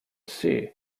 sea